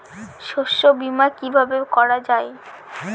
শস্য বীমা কিভাবে করা যায়?